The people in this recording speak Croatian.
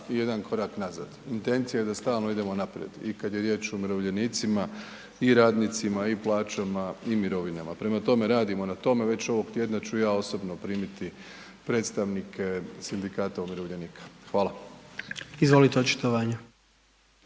jedan korak nazad. Intencija je da stalno idemo naprijed i kad je riječ o umirovljenicima i radnicima i plaćama i mirovinama. Prema tome, radimo na tome, već ovog tjedna ću ja osobno primiti predstavnike Sindikata umirovljenika. Hvala. **Jandroković,